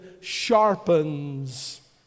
sharpens